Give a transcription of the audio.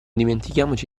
dimentichiamoci